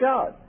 God